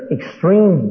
extreme